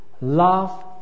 love